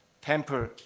temple